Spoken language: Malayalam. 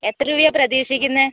എത്ര രൂപയാണ് പ്രതീക്ഷിക്കുന്നത്